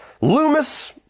Loomis